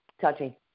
touching